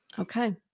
Okay